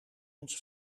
ons